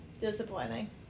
Disappointing